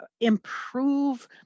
improve